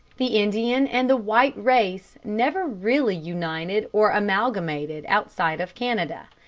the indian and the white race never really united or amalgamated outside of canada.